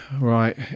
Right